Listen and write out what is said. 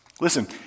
Listen